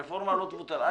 אל תדאג,